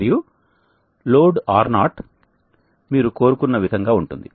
మరియు load R0 మీరు కోరుకున్న విధంగా ఉంటుంది